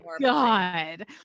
God